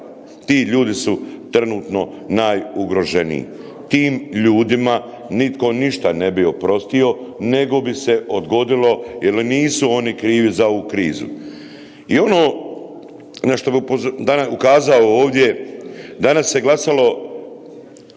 Ti ljudi su trenutno najugroženiji. Tim ljudima nitko ništa ne bi oprostio nego bi se odgodilo jel nisu oni krivi za ovu krizu. I ono na što bi ukazao ovdje, danas se glasalo